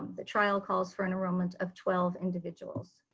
the trial calls for enrollment of twelve individuals.